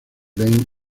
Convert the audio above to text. lane